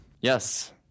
Yes